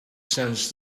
sends